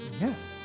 yes